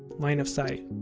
line of sight.